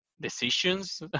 decisions